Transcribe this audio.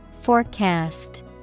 Forecast